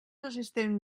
assistent